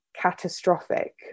catastrophic